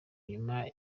nyuma